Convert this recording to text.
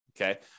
okay